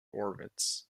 orbits